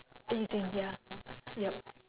易经 ya yup